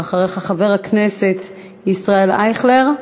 אחריך, חבר הכנסת ישראל אייכלר,